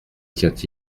tient